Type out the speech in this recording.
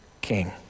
king